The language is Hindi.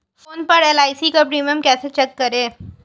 फोन पर एल.आई.सी का प्रीमियम कैसे चेक करें?